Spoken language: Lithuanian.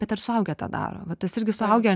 bet ir suaugę tą daro va tas irgi suaugę